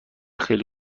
خیلی